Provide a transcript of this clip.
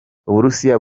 uburusiya